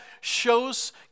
shows